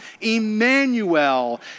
Emmanuel